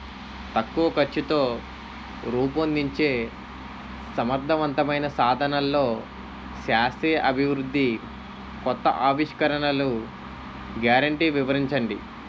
తక్కువ ఖర్చుతో రూపొందించే సమర్థవంతమైన సాధనాల్లో శాస్త్రీయ అభివృద్ధి కొత్త ఆవిష్కరణలు గ్యారంటీ వివరించండి?